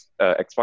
Xbox